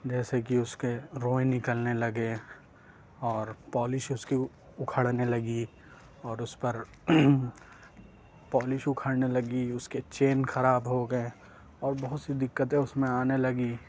جیسے کہ اس کے روئیں نکلنے لگے اور پالش اس کی اکھڑنے لگی اور اس پر پالش اکھڑنے لگی اس کے چین خراب ہو گئے اور بہت سی دقتیں اس میں آنے لگی